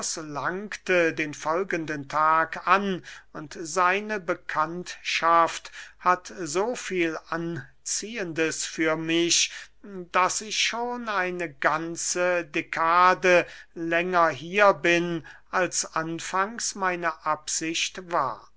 langte den folgenden tag an und seine bekanntschaft hat so viel anziehendes für mich daß ich schon eine ganze dekade länger hier bin als anfangs meine absicht war